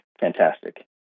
fantastic